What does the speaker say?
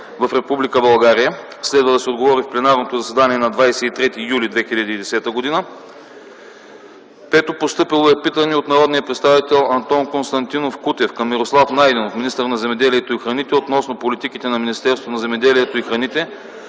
България. Следва да се отговори в пленарното заседание на 23 юли 2010 г.; - питане от народния представител Антон Константинов Кутев към Мирослав Найденов – министър на земеделието и храните относно политиките на Министерството на земеделието и храните